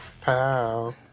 Pow